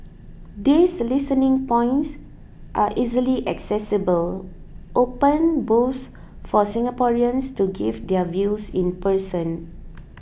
these listening points are easily accessible open booths for Singaporeans to give their views in person